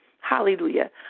Hallelujah